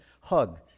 hug